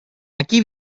aquí